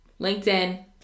LinkedIn